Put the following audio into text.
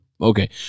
Okay